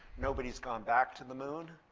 nobody's gone back to the moon.